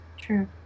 true